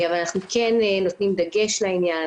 אבל אנחנו כן נותנים דגש לעניין.